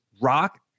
rock